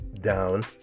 down